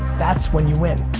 that's when you win.